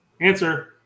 Answer